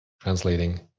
translating